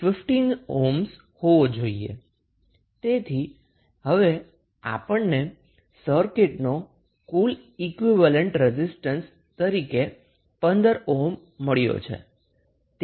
તેથી હવે આપણને સર્કિટનો કુલ ઈક્વીવેલેન્ટ રેઝિસ્ટન્સ તરીકે 15 ઓહ્મ મળ્યો છે